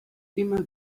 immer